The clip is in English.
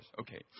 Okay